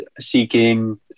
seeking